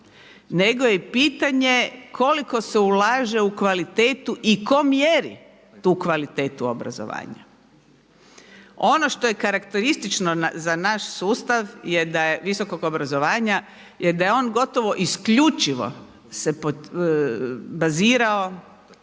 nego je i pitanje koliko se ulaže u kvalitetu i tko mjeri tu kvalitetu obrazovanja. Ono što je karakteristično za naš sustav visokog obrazovanja je da se on gotovo isključivo bazirao